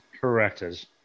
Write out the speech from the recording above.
corrected